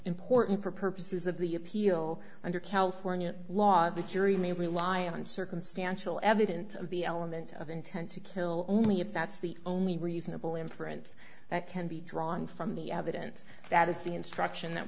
important for purposes of the appeal under california law the jury may rely on circumstantial evidence of the element of intent to kill only if that's the only reasonable inference that can be drawn from the evidence that is the instruction that